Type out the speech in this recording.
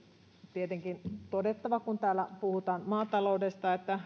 tietenkin todettava kun täällä puhutaan maataloudesta että